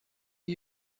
are